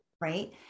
right